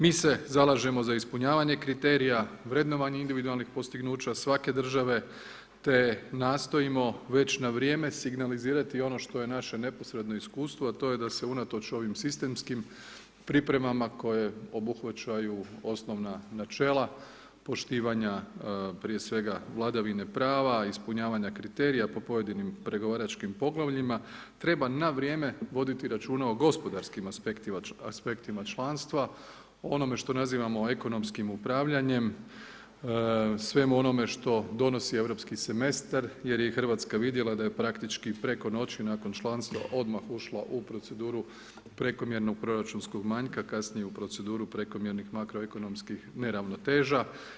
Mi se zalažemo za ispunjavanje kriterija, vrednovanje individualnih postignuća svake države, te nastojimo već na vrijeme signalizirati ono što je naše naporedno iskustvo, a to je da se unatoč ovim sistemskim pripremama koje obuhvaćaju osnovna načela, poštivanja prije svega vladavine prava, ispunjavanja kriterija, po pojedinim pregovaračkim poglavljima, treba na vrijeme, voditi računa o gospodarskim aseptika članstva, onome što nazivamo ekonomskim upravljanjem, svemu onome što donosi europski semestar jer je i Hrvatska vidjela da je praktički preko noći, nakon članstva odmah ušla u proceduru prekomjernog proračunskog manjka, kasnije u proceduru prekomjernih makroekonomskih neravnoteža.